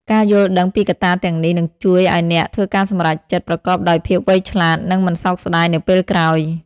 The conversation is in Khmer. ការយល់ដឹងពីកត្តាទាំងនេះនឹងជួយឲ្យអ្នកធ្វើការសម្រេចចិត្តប្រកបដោយភាពវៃឆ្លាត និងមិនសោកស្តាយនៅពេលក្រោយ។